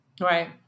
Right